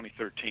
2013